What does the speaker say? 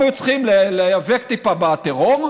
הם היו צריכים להיאבק טיפה בטרור.